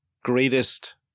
greatest